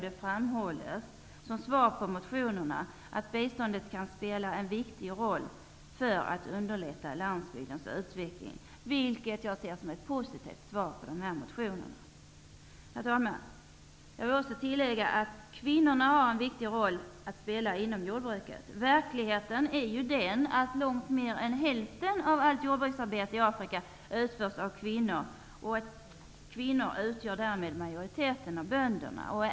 Det framhålls också, som svar på motionerna, att biståndet kan spela en viktig roll för att underlätta landsbygdens utveckling, vilket jag ser som ett positivt svar. Herr talman! Jag vill också tillägga att kvinnorna har en viktig roll att spela inom jordbruket. Verkligheten är ju den att långt mer än hälften av allt jordbruksarbete i Afrika utförs av kvinnor och att kvinnor utgör majoriteten av bönderna.